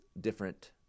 different